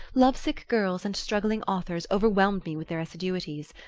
love-sick girls and struggling authors overwhelmed me with their assiduities.